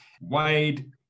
Wade